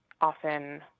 often